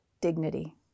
Dignity